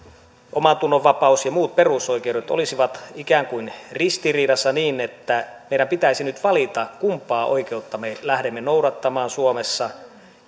omantunnonvapaus ja muut perusoikeudet olisivat ikään kuin ristiriidassa niin että meidän pitäisi nyt valita kumpaa oikeutta me lähdemme noudattamaan suomessa